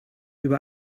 über